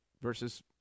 versus